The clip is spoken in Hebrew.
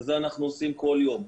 ואת זה אנחנו עושים כל יום.